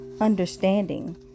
understanding